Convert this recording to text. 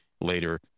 later